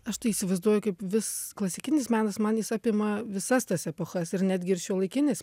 aš tai įsivaizduoju kaip vis klasikinis menas man jis apima visas tas epochas ir netgi ir šiuolaikinis